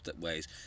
ways